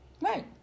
Right